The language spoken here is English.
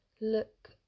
Look